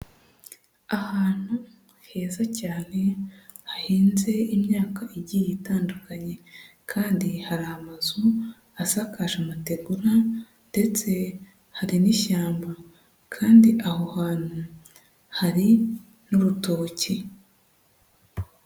Ahantu heza cyane hahinze imyaka igiye itandukanye kandi hari amazu asakaje amategura ndetse hari n'ishyamba kandi aho hantu hari n'urutoki.